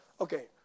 Okay